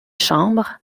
chambre